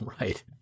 Right